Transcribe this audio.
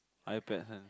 iPad !huh!